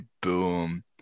boom